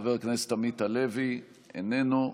חבר הכנסת עמית הלוי, איננו.